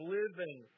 living